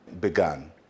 began